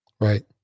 Right